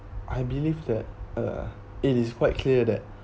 I believe that uh it is quite clear that